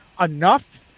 enough